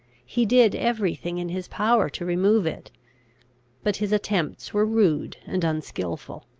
he did every thing in his power to remove it but his attempts were rude and unskilful.